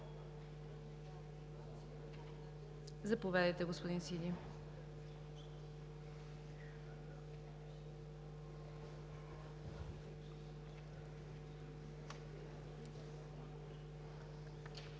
Заповядайте, господин Сиди.